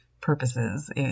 purposes